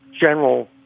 general